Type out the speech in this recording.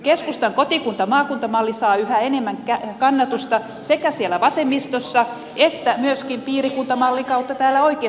keskustan kotikuntamaakunta malli saa yhä enemmän kannatusta sekä siellä vasemmistossa että myöskin piirikuntamallin kautta täällä oikeistossa